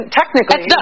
technically